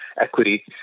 equity